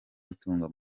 gutunga